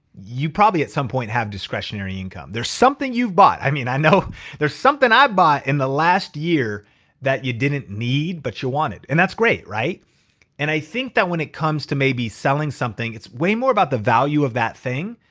you probably at some point have discretionary income. there's something you've bought. i mean, i know there's something i bought in the last year that you didn't need, but you wanted. and that's great. and i think that when it comes to maybe selling something, it's way more about the value of that thing,